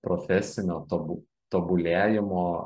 profesinio tabu tobulėjimo